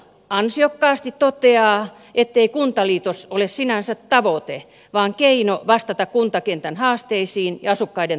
valiokunta ansiokkaasti toteaa ettei kuntaliitos ole sinänsä tavoite vaan keino vastata kuntakentän haasteisiin ja asukkaiden tarpeisiin